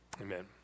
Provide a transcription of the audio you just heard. Amen